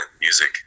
music